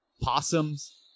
possums